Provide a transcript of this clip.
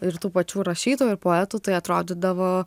ir tų pačių rašytojų ir poetų tai atrodydavo